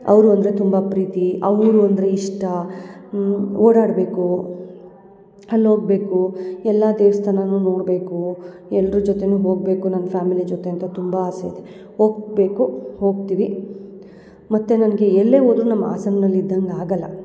ಅವರು ಅಂದರೆ ತುಂಬ ಪ್ರೀತಿ ಅವರು ಅಂದರೆ ಇಷ್ಟ ಓಡಾಡಬೇಕು ಅಲ್ಲಿ ಹೋಗ್ಬೇಕು ಎಲ್ಲ ದೇವಸ್ಥಾನನೂ ನೋಡ್ಬೇಕು ಎಲ್ರ ಜೊತೆಯೂ ಹೋಗಬೇಕು ನನ್ನ ಫ್ಯಾಮಿಲಿ ಜೊತೆ ಅಂತ ತುಂಬ ಆಸೆ ಇದೆ ಹೋಗ್ಬೇಕು ಹೋಗ್ತೀವಿ ಮತ್ತು ನನಗೆ ಎಲ್ಲೇ ಹೋದ್ರೂ ನಮ್ಮ ಹಾಸನ್ನಲ್ ಇದ್ದಂಗೆ ಆಗಲ್ಲ